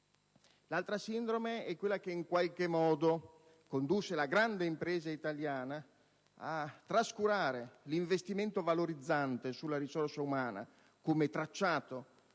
L'altra sindrome è quella che in qualche modo condusse la grande impresa italiana a trascurare l'investimento valorizzante sulla risorsa umana come tracciato